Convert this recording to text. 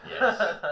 Yes